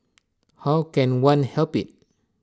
how can one help IT